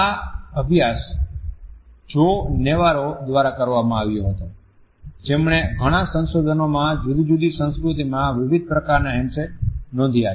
આ અભ્યાસ જો નેવારો દ્વારા કરવામાં આવ્યો હતો જેમણે ઘણા સંશોધનોમાં જુદી જુદી સંસ્કૃતિમાં વિવિધ પ્રકારનાં હેન્ડશેક નોંધ્યા છે